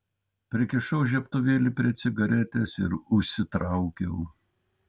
prikišau žiebtuvėlį prie cigaretės ir užsitraukiau